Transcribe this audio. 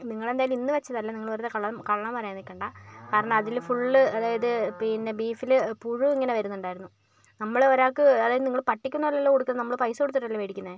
നിങ്ങൾ എന്തായാലും ഇന്ന് വെച്ചതല്ല നിങ്ങൾ വെറുതെ കള്ള കള്ളം പറയാൻ നിൽക്കണ്ട കാരണം അതില് ഫുള്ള് അതായത് പിന്നെ ബീഫില് പുഴു ഇങ്ങനെ വരുന്നുണ്ടായിരുന്നു നമ്മൾ ഒരാൾക്ക് അതായത് നിങ്ങൾ പട്ടിക്ക് ഒന്നുമല്ലലോ കൊടുക്കുന്നത് നമ്മൾ പൈസ കൊടുത്തിട്ട് അല്ലേ മേടിക്കുന്നത്